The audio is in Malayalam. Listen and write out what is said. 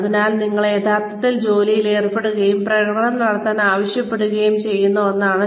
അതിനാൽ നിങ്ങൾ യഥാർത്ഥത്തിൽ ജോലിയിൽ ഏർപ്പെടുകയും പ്രകടനം നടത്താൻ ആവശ്യപ്പെടുകയും ചെയ്യുന്ന ഒന്നാണത്